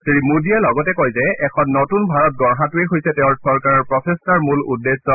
শ্ৰী মোদীয়ে লগতে কয় যে এখন নতুন ভাৰত গঢ়াটোৱেই তেওঁৰ চৰকাৰৰ প্ৰচেষ্টাৰৰ মূল উদ্দেশ্যে